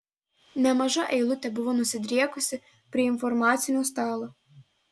nemaža eilutė buvo nusidriekusi prie informacinio stalo